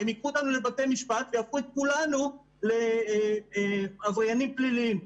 הם ייקחו אותנו לבתי משפט ויהפכו את כולנו לעבריינים פליליים,